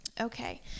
Okay